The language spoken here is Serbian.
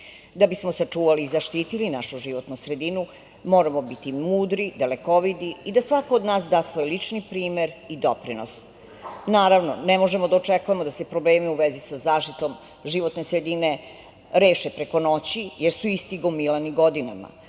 bismo sačuvali i zaštitili našu životnu sredinu moramo biti mudru, dalekovidi i da svako od nas da svoj lični primer i doprinos. Naravno, ne možemo da očekujemo da se problemi u vezi sa zaštitom životne sredine reše preko noći, jer su isti gomilani godinama.